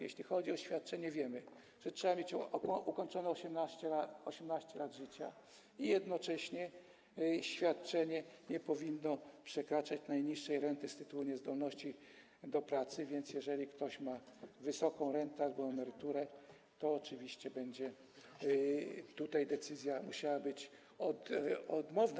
Jeśli chodzi o świadczenie, to wiemy, że trzeba mieć ukończone 18 lat życia, i jednocześnie świadczenie nie powinno przekraczać najniższej renty z tytułu niezdolności do pracy, więc jeżeli ktoś ma wysoką rentę albo emeryturę, to oczywiście decyzja będzie musiała być odmowna.